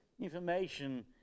information